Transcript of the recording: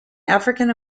african